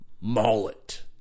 mullet